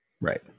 Right